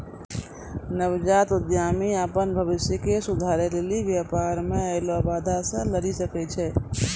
नवजात उद्यमि अपन भविष्य के सुधारै लेली व्यापार मे ऐलो बाधा से लरी सकै छै